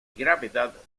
gravedad